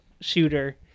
shooter